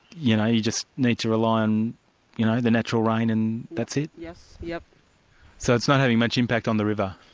you know, you just need to rely on you know the natural rain and that's it? yes. yeah so it's not having much impact on the river.